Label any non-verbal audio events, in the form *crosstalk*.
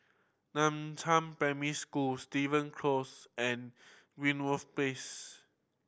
Nan *unintelligible* Primary School Steven Close and Greenwoods Place